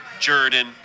Jordan